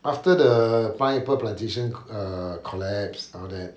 after the pineapple plantation uh collapsed and all that